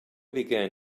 began